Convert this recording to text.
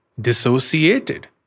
dissociated